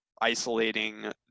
isolating